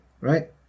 right